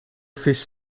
fish